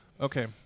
okay